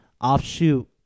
offshoot